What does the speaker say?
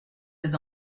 des